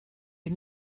les